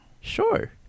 Sure